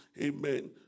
Amen